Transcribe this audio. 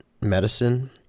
medicine